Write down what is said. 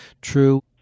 true